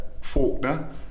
Faulkner